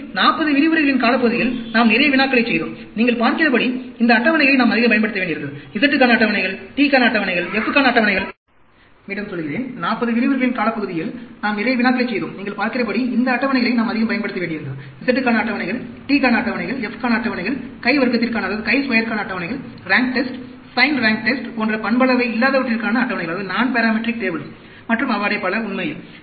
மேலும் 40 விரிவுரைகளின் காலப்பகுதியில் நாம் நிறைய வினாக்களைச் செய்தோம் நீங்கள் பார்க்கிறபடி இந்த அட்டவணைகளை நாம் அதிகம் பயன்படுத்த வேண்டியிருந்தது z க்கான அட்டவணைகள் t க்கான அட்டவணைகள் f க்கான அட்டவணைகள் கை வர்க்கத்திற்கான அட்டவணைகள் rank test sign rank test போன்ற பண்பளைவையில்லாதவற்றிற்கான அட்டவணைகள் மற்றும் அவ்வாறே பல உண்மையில்